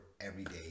everyday